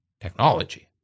technology